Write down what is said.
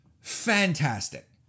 fantastic